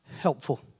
helpful